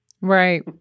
right